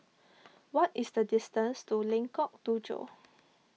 what is the distance to Lengkok Tujoh